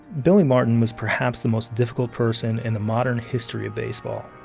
billy martin was perhaps the most difficult person in the modern history of baseball.